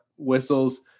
whistles